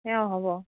অঁ হ'ব